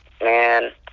man